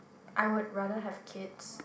I would rather have kids